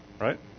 right